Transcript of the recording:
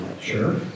Sure